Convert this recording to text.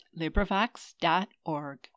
LibriVox.org